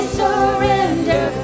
surrender